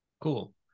Cool